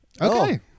Okay